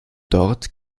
dort